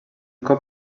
cop